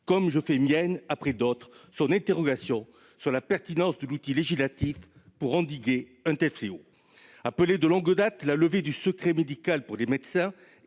comme je fais mienne, après d'autres, son interrogation sur la pertinence de l'outil législatif pour endiguer un tel fléau. Appelée de longue date, la levée du secret médical pour les médecins